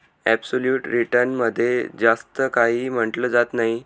absolute return मध्ये जास्त काही म्हटलं जात नाही